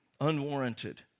unwarranted